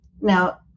Now